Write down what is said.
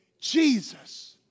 Jesus